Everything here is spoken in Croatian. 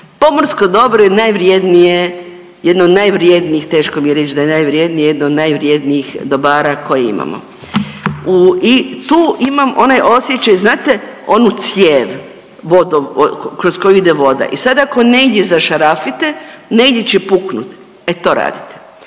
Pomorsko dobro je najvrijednije, jedno od najvrjednijih, teško mi je reći da je najvrjedniji jedno od najvrjednijih dobara koje imamo. I tu imam onaj osjećaj znate onu cijev kroz koju ide vodovoda i sada ako negdje zašarafite negdje će puknuti, e to radite.